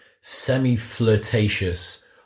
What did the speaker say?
semi-flirtatious